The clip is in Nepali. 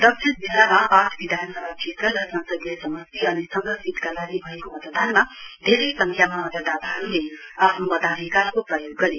दक्षिण जिल्लामा आठ विधानसभा क्षेत्र र संसदीय समष्टी अनि संघ सीटका लागि भएको मतदानमा धेरै संख्यामा मतदाताहरुले आफ्नो मताधिकारको प्रयोग गरे